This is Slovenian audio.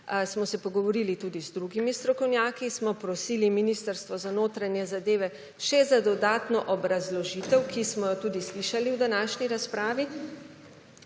smo se pogovorili tudi z drugimi strokovnjaki, smo prosili Ministrstvo za notranje zadeve še za dodatno obrazložitev, ki smo jo tudi slišali v današnji razpravi